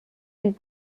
and